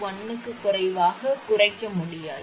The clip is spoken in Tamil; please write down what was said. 1 க்கும் குறைவாக குறைக்க முடியாது